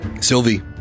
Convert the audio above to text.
Sylvie